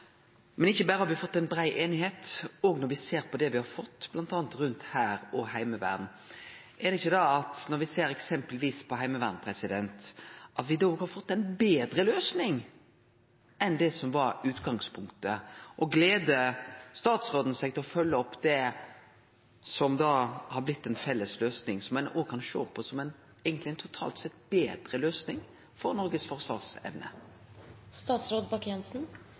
Men ikkje berre har me fått ei brei einigheit: Når me ser på det me har fått, bl.a. rundt Hæren og Heimevernet, har me ikkje da – når me eksempelvis ser på Heimevernet – fått ei betre løysing enn det som var utgangspunktet? Og gler statsråden seg til å følgje opp det som har blitt ei felles løysing, som ein òg kan sjå på som eigentleg, totalt sett, ei betre løysing for Noregs